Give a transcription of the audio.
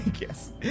Yes